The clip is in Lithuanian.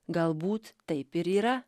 galbūt taip ir yra